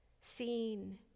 seen